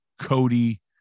Cody